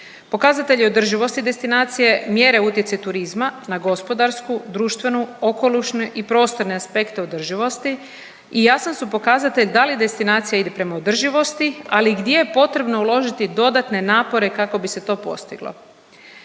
Pokazatelji održivosti destinacije, mjere u utjecaju turizma na gospodarsku, društvenu, okolišnu i prostorne aspekte održivosti i jasan su pokazatelj da li destinacija ide prema održivosti, ali i gdje je potrebno uložiti dodatne napore kako bi se to postiglo.